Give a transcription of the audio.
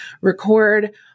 record